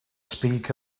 speak